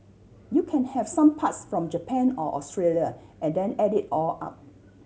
you can have some parts from Japan or Australia and then add it all up